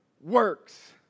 works